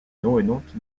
noénautes